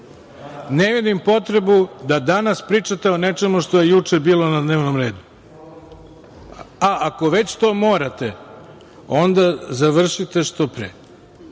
vidim potrebu da danas pričate o nečemu što je juče bilo na dnevnom redu, a ako već to morate, onda završite što pre.